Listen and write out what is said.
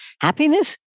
Happiness